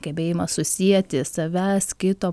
gebėjimą susieti savęs kito